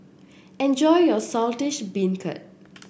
enjoy your Saltish Beancurd